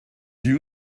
you